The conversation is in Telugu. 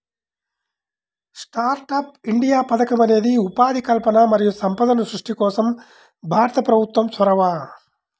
స్టార్టప్ ఇండియా పథకం అనేది ఉపాధి కల్పన మరియు సంపద సృష్టి కోసం భారత ప్రభుత్వం చొరవ